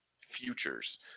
futures